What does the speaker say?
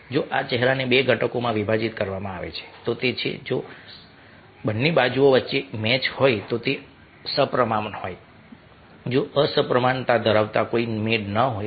જો આ ચહેરાને બે ઘટકોમાં વિભાજીત કરવામાં આવે તો તે છે જો બંને બાજુઓ વચ્ચે મેચ હોય તો તે સપ્રમાણ હોય જો અસમપ્રમાણતા ધરાવતા કોઈ મેળ ન હોય